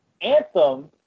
Anthem